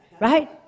right